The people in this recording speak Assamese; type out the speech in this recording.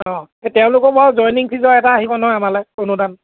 অঁ তেওঁলোকৰ মই জইনিং ফিজৰ এটা আহিব নহয় আমালৈ অনুদান